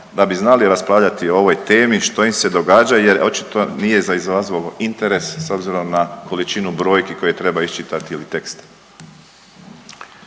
da bi znali raspravljati o ovoj temi što im se događa jer očito nije izazvalo interes s obzirom na količinu brojki koje treba iščitati ili teksta.